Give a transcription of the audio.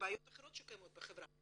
בבעיות אחרות שקיימות בחברה.